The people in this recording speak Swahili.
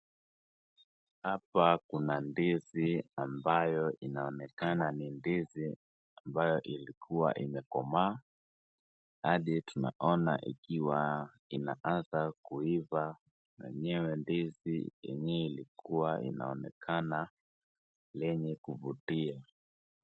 Hapa kuna ndizi ambayo inaonekana ni ndizi ambayo ilikuwa imekomaa, hadi tunaona ikiwa inaanza kuiva na ndizi yenyewe ilikuwa inaonekana yenye kuvutia.